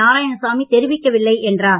நாராயணசாமி தெரிவிக்கவில்லை என்றார்